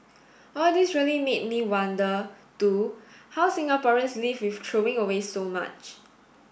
all this really made me wonder too how Singaporeans live with throwing away so much